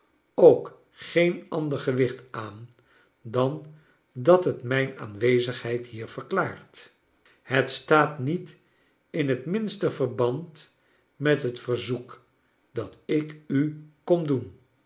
ook geen ander gewicht aan dan dat het mijn aanwezigheid hier verklaart het staat niet in het minste verband met het verzoek dat ik u kom doen